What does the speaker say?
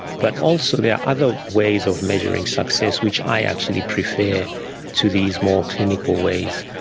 but also there are other ways of measuring success which i actually prefer to these more clinical ways.